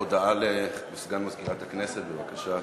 הודעה לסגן מזכירת הכנסת, בבקשה.